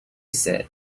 said